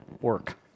work